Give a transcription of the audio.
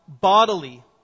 bodily